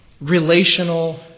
relational